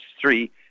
three